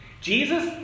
Jesus